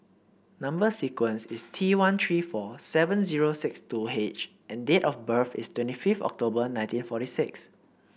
number sequence is T one three four seven zero six two H and date of birth is twenty fifth October nineteen forty six